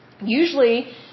Usually